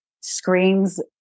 screams